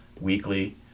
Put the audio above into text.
weekly